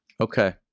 Okay